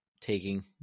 taking